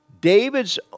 David's